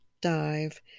Dive